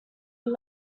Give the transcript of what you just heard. are